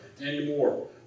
anymore